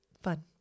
fun